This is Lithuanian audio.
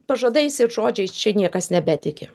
pažadais ir žodžiais čia niekas nebetiki